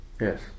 Yes